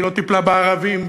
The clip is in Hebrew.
והיא לא טיפלה בערבים,